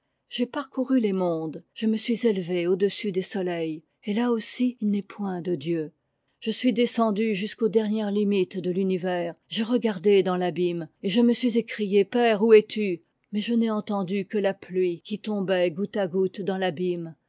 j'ai parcouru les mondes je me suis élevé au-dessus des soleils et là aussi il n'est point de dieu je suis des cendu jusqu'aux dernières limites de l'univers j'ai regardé dans l'abîme et je me suis écrié père a où es-tu mais je n'ai entendu que la pluie qui tombait goutte à goutte dans t'abîme